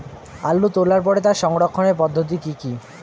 আলু তোলার পরে তার সংরক্ষণের পদ্ধতি কি কি?